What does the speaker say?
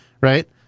right